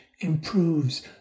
improves